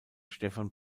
stephan